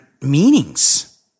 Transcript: meanings